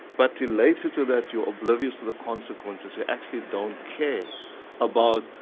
but related to that, you're oblivious to the consequences, you actually don't care about,